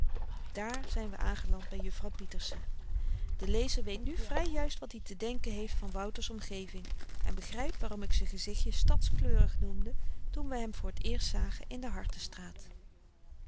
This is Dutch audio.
daar zyn we aangeland by juffrouw pieterse de lezer weet nu vry juist wat i te denken heeft van wouter's omgeving en begrypt waarom ik z'n gezichtje stadskleurig noemde toen we hem voor t eerst zagen in de hartenstraat